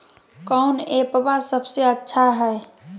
कौन एप्पबा सबसे अच्छा हय?